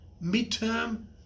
mid-term